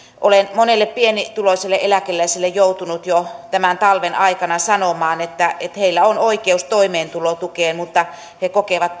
olen monelle pienituloiselle eläkeläiselle joutunut jo tämän talven aikana sanomaan että että heillä on oikeus toimeentulotukeen mutta he kokevat